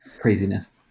craziness